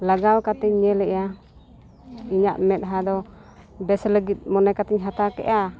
ᱞᱟᱜᱟᱣ ᱠᱟᱛᱮᱧ ᱧᱮᱞᱮᱜᱼᱟ ᱤᱧᱟᱹᱜ ᱢᱮᱫᱦᱟᱸ ᱫᱚ ᱵᱮᱥ ᱞᱟᱹᱜᱤᱫ ᱢᱚᱱᱮ ᱠᱟᱛᱮᱧ ᱦᱟᱛᱟᱣ ᱠᱮᱜᱼᱟ